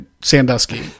Sandusky